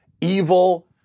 evil